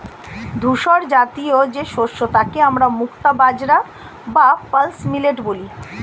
ধূসরজাতীয় যে শস্য তাকে আমরা মুক্তা বাজরা বা পার্ল মিলেট বলি